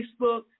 Facebook